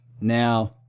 Now